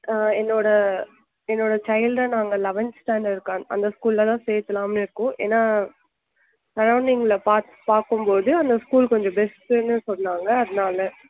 என்னோட சைல்ட நாங்கள் eleventh standard க அந்த ஸ்கூல்ல தான் சேர்க்கலான்னு இருக்கோம் ஏன்னா சரௌன்டிங்கள பா பார்க்கும்போது அந்த ஸ்கூல் கொஞ்சம் பெஸ்ட்ன்னு சொன்னாங்க அதனால